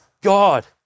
God